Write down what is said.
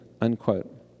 unquote